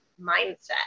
mindset